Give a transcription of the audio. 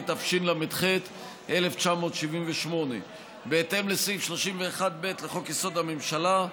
התשל"ח 1978. בהתאם לסעיף 31(ב) לחוק-יסוד: הממשלה,